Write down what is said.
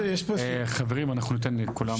חברים, אנחנו ניתן לכולם.